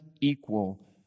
equal